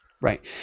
Right